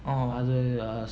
oh